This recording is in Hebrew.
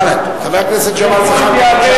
מבל"ד, חבר הכנסת ג'מאל זחאלקה.